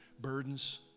burdens